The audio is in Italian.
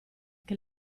che